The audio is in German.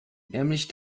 nämlich